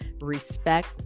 Respect